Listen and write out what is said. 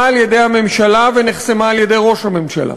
על-ידי הממשלה ונחסמה על-ידי ראש הממשלה.